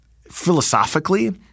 philosophically